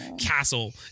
castle